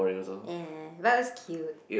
ya but it was cute